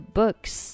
books